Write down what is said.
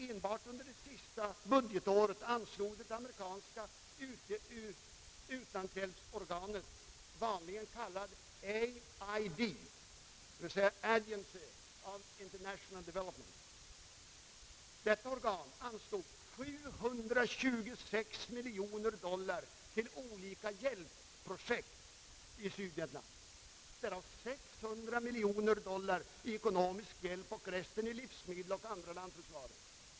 Enbart under det senaste budgetåret anslog det amerikanska utlandshjälpsorganet — vanligen kallat AID, The Agency of International Development — 726 miljoner dollar till olika hjälpprojekt i Sydvietnam, därav 600 miljoner dollar i ekonomisk hjälp och resten i livsmedel och andra lantbruksvaror.